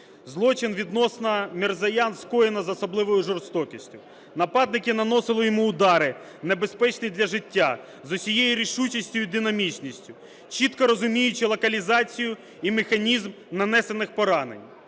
Злочин відносно Мірзояна скоєно з особливою жорстокістю. Нападники наносили йому удари, небезпечні для життя, з усією рішучістю і динамічністю, чітко розуміючи локалізацію і механізм нанесених поранень,